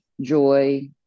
joy